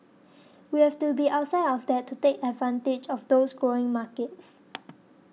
we have to be outside of that to take advantage of those growing markets